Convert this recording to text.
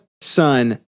son